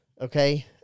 okay